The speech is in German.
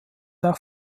auch